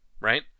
right